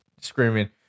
screaming